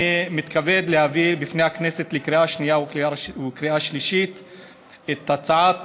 אני מתכבד להביא לפני הכנסת לקריאה השנייה ולקריאה השלישית את הצעת